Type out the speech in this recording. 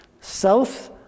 south